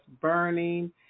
burning